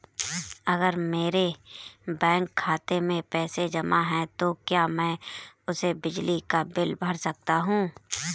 अगर मेरे बैंक खाते में पैसे जमा है तो क्या मैं उसे बिजली का बिल भर सकता हूं?